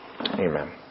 Amen